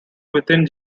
within